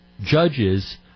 judges